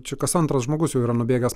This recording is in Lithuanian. čia kas antras žmogus jau yra nubėgęs